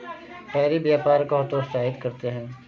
tariff व्यापार को हतोत्साहित करते हैं